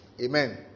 Amen